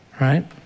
right